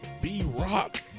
B-Rock